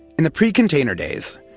in the pre-container days,